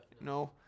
No